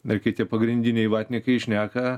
dar kiti pagrindiniai vatnikai šneka